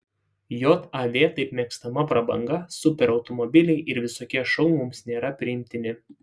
jav taip mėgstama prabanga superautomobiliai ir visokie šou mums nėra priimtini